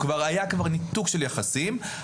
היה כבר ניתוק של יחסים.